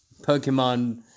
Pokemon